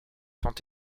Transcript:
sont